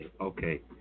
okay